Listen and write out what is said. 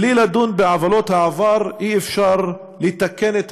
בלי לדון בעוולות העבר אי-אפשר לתקן את